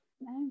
no